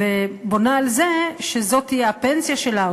ובונה על זה שזו תהיה הפנסיה שלה או